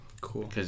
Cool